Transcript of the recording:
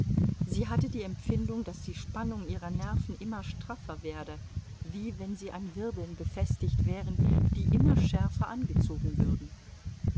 sie hatte die empfindung daß die spannung ihrer nerven immer straffer werde wie wenn sie an wirbeln befestigt wären die immer schärfer angezogen würden